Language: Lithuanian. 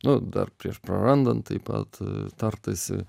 nu dar prieš prarandant taip pat tartasi